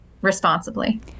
responsibly